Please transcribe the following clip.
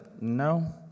No